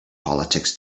politics